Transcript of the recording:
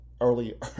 early